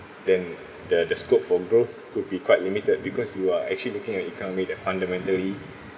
then the the scope for growth could be quite limited because you are actually looking at economic that fundamentally